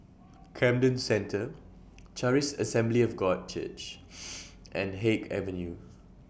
Camden Centre Charis Assembly of God Church and Haig Avenue